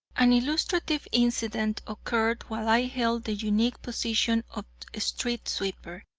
an illustrative incident occurred while i held the unique position of street-sweeper,